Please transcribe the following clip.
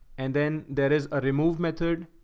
and then there is a remove method,